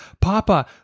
papa